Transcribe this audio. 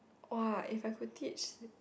!wah! if I could teach